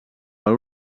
per